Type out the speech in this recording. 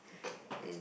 in